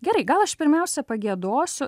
gerai gal aš pirmiausia pagiedosiu